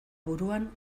buruan